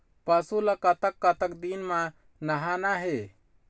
पशु ला कतक कतक दिन म नहाना हे?